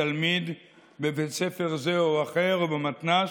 לתלמיד בבית ספר זה או אחר או במתנ"ס.